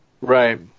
Right